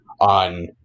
on